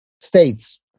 states